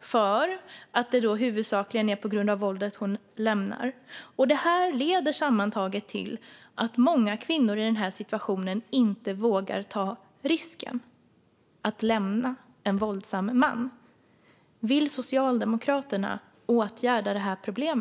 för att det huvudsakligen är på grund av våldet som hon lämnar mannen. Det här leder sammantaget till att många kvinnor i denna situation inte vågar ta risken att lämna en våldsam man. Vill Socialdemokraterna åtgärda detta problem?